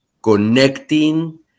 connecting